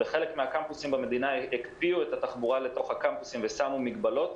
בחלק מהקמפוסים במדינה הקפיאו את התחבורה לתוך הקמפוסים ושמו מגבלות,